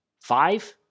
five